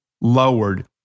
lowered